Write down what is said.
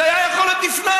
זה היה יכול להיות נפלא.